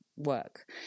Work